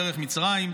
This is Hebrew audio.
דרך מצרים,